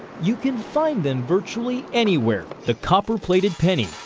you can find them virtually anywhere, the copper plated penny.